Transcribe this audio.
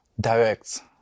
direct